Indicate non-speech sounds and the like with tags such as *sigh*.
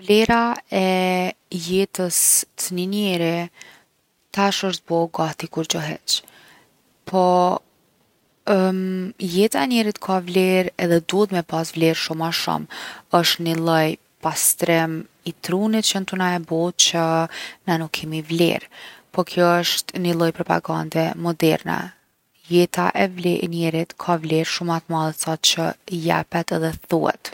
Vlera e jetës t’ni njeri tash osht bo gati kurgjo hiq. Po *hesitation* jeta e njerit ka vlerë edhe duhet me pas vlerë shumë ma shumë. Osht ni lloj pastrim i trunit që jon tu na e bo që na nuk kemi vlerë. Po kjo osht ni lloj propagande modern. Jeta e vle- njerit ka vlerë shum’ ma t’madhe se sa që i jepet edhe thuhet.